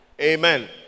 Amen